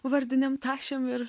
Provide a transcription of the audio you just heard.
vardinėm tašėm ir